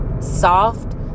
soft